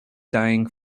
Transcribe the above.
dying